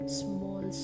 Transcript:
small